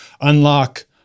unlock